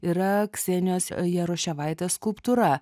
yra ksenijos jaroševaitės skulptūra